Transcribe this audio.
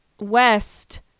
west